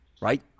right